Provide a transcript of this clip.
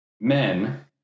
men